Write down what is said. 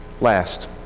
Last